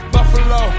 Buffalo